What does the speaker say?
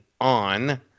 on